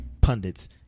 pundits